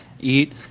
eat